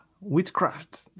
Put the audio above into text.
Witchcraft